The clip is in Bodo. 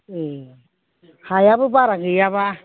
ए हायाबो बारा गैयाबा